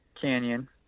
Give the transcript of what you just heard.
canyon